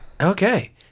Okay